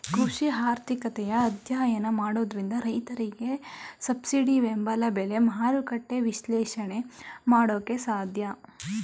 ಕೃಷಿ ಆರ್ಥಿಕತೆಯ ಅಧ್ಯಯನ ಮಾಡೋದ್ರಿಂದ ರೈತರಿಗೆ ಸಬ್ಸಿಡಿ ಬೆಂಬಲ ಬೆಲೆ, ಮಾರುಕಟ್ಟೆ ವಿಶ್ಲೇಷಣೆ ಮಾಡೋಕೆ ಸಾಧ್ಯ